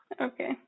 Okay